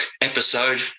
episode